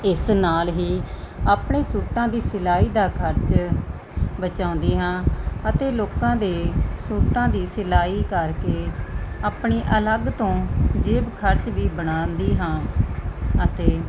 ਇਸ ਨਾਲ ਹੀ ਆਪਣੇ ਸੂਟਾਂ ਦੀ ਸਿਲਾਈ ਦਾ ਖਰਚਾ ਬਚਾਉਂਦੀ ਹਾਂ ਅਤੇ ਲੋਕਾਂ ਦੇ ਸੂਟਾਂ ਦੀ ਸਿਲਾਈ ਕਰਕੇ ਆਪਣੀ ਅਲੱਗ ਤੋਂ ਜੇਬ ਖਰਚ ਵੀ ਬਣਾਉਂਦੀ ਹਾਂ ਅਤੇ